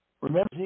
Remember